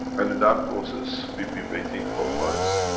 and in that process, we've been waiting for months,